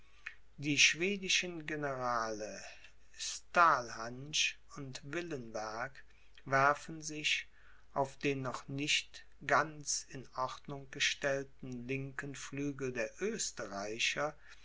die schwedischen generale stalhantsch und willenberg werfen sich auf den noch nicht ganz in ordnung gestellten linken flügel der